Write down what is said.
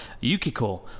Yukiko